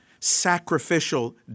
sacrificial